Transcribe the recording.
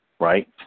right